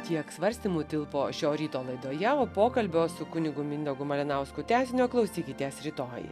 tiek svarstymų tilpo šio ryto laidoje o pokalbio su kunigu mindaugu malinausku tęsinio klausykitės rytoj